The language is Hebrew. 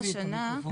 ברשות.